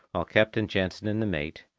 while captain jansen and the mate,